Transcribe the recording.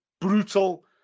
brutal